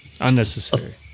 Unnecessary